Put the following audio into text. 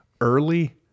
early